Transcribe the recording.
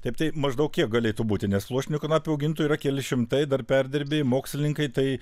taip tai maždaug kiek galėtų būti nes pluoštinių kanapių augintojų yra keli šimtai dar perdirbėjai mokslininkai tai